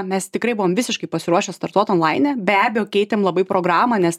mes tikrai buvom visiškai pasiruošę startuot onlaine be abejo keitėm labai programą nes